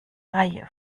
reihe